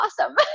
awesome